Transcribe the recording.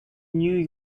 new